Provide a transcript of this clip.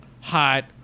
hot